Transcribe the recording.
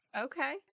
Okay